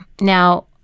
Now